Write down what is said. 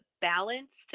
balanced